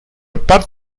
parte